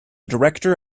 director